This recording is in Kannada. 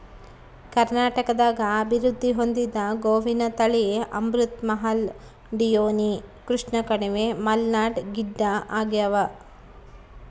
ಕರ್ನಾಟಕದಾಗ ಅಭಿವೃದ್ಧಿ ಹೊಂದಿದ ಗೋವಿನ ತಳಿ ಅಮೃತ್ ಮಹಲ್ ಡಿಯೋನಿ ಕೃಷ್ಣಕಣಿವೆ ಮಲ್ನಾಡ್ ಗಿಡ್ಡಆಗ್ಯಾವ